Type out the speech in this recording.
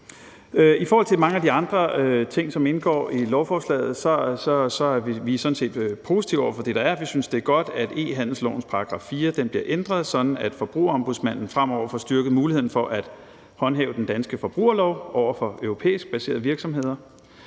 I forhold til mange af de andre ting, som indgår i lovforslaget, er vi sådan set positive over for det, der er. Vi synes, det er godt, at e-handelslovens § 4 bliver ændret, sådan at Forbrugerombudsmanden fremover får styrket mulighederne for at håndhæve den danske forbrugerlov over for europæisk baserede virksomheder.